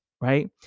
Right